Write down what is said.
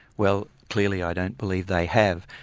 well clearly i don't believe they have,